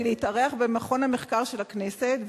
ולהתארח במכון המחקר של הכנסת.